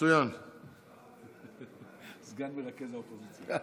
סגן מרכז האופוזיציה.